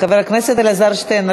חבר הכנסת אלעזר שטרן,